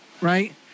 right